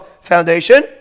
foundation